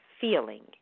feeling